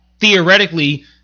theoretically